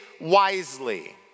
wisely